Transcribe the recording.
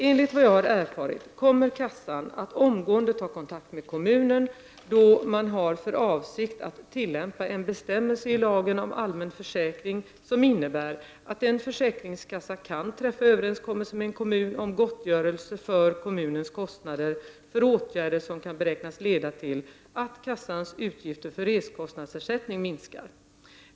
Enligt vad jag har erfarit kommer kassan att omgående ta kontakt med kommunen, då man har för avsikt att tillämpa en bestämmelse i lagen om allmän försäkring som innebär att en försäkringskassa kan träffa överenskommelse med en kommun om gottgörelse för kommunens kostnader för åtgärder som kan beräknas leda till att kassans utgifter för resekostnadsersättning minskar.